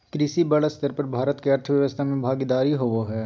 कृषि बड़ स्तर पर भारत के अर्थव्यवस्था में भागीदारी होबो हइ